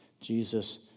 Jesus